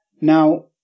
Now